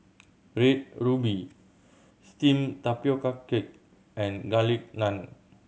Red Ruby steamed tapioca cake and Garlic Naan